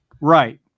Right